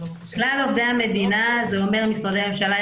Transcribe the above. כלל עובדי המדינה זה אומר משרדי הממשלה,